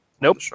Nope